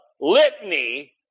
litany